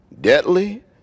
Deadly